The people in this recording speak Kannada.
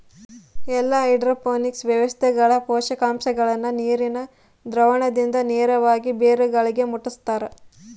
ಎಲ್ಲಾ ಹೈಡ್ರೋಪೋನಿಕ್ಸ್ ವ್ಯವಸ್ಥೆಗಳ ಪೋಷಕಾಂಶಗುಳ್ನ ನೀರಿನ ದ್ರಾವಣದಿಂದ ನೇರವಾಗಿ ಬೇರುಗಳಿಗೆ ಮುಟ್ಟುಸ್ತಾರ